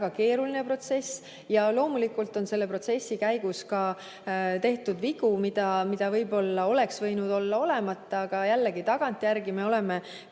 keeruline protsess ja loomulikult on selle protsessi käigus tehtud vigu, mis oleks võinud olla olemata. Aga jällegi: tagantjärgi me oleme